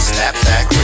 Snapback